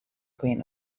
queen